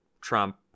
Trump